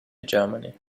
germany